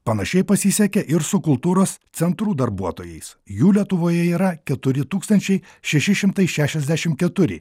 panašiai pasisekė ir su kultūros centrų darbuotojais jų lietuvoje yra keturi tūkstančiai šeši šimtai šešiasdešim keturi